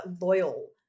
loyal